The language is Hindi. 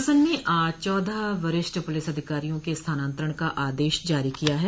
शासन ने आज चौदह वरिष्ठ पुलिस अधिकारियों के स्थानांतरण का आदेश जारी किया है